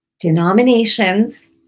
Denominations